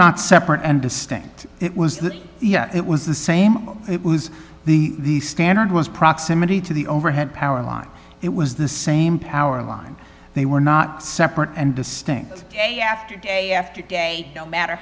not separate and distinct it was that it was the same it was the standard was proximity to the overhead power line it was the same power line they were not separate and distinct day after day after day no matter